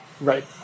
Right